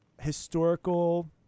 historical